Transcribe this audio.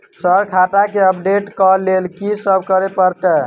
Sir खाता केँ update करऽ लेल की सब करै परतै?